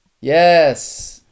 Yes